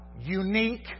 unique